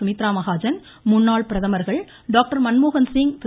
சுமித்ரா மகாஜன் முன்னாள் பிரதமர்கள் டாக்டர் மன்மோகன் சிங் திரு